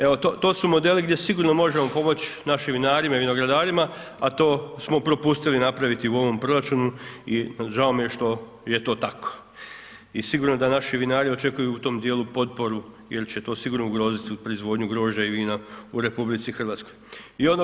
Evo, to su modeli gdje sigurno možemo pomoći našim vinarima i vinogradarima, a to smo propustili napraviti u ovom proračunu i žao mi je što je to tako, i sigurno da naši vinari očekuju u tom dijelu potporu jer će to sigurno ugrozit proizvodnju grožđa i vina u Republici Hrvatskoj.